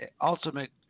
ultimate